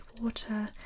water